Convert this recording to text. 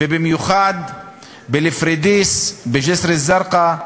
במיוחד בפוריידיס, בג'סר-א-זרקא,